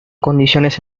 condiciones